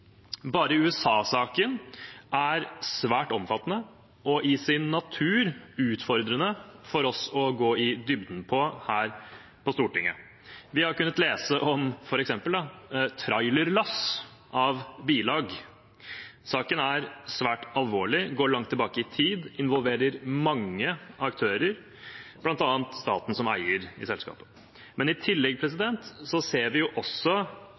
Bare USA-saken er svært omfattende og i sin natur utfordrende for oss å gå i dybden på her i Stortinget. Vi har kunnet lese om f.eks. trailerlass med bilag. Saken er svært alvorlig, går langt tilbake i tid, involverer mange aktører, bl.a. staten som eier i selskapet, men i tillegg ser vi også